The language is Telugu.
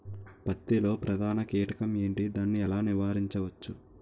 పత్తి లో ప్రధాన కీటకం ఎంటి? దాని ఎలా నీవారించచ్చు?